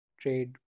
trade